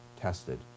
tested